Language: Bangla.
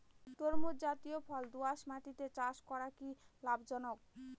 তরমুজ জাতিয় ফল দোঁয়াশ মাটিতে চাষ করা কি লাভজনক?